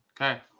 Okay